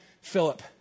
Philip